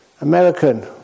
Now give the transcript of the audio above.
American